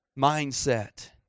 mindset